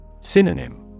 Synonym